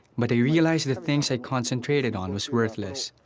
but i realized the things i concentrated on were worthless.